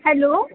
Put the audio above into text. hello